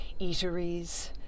eateries